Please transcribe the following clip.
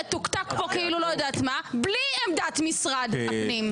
אני אספר לך משהו מעניין רגע.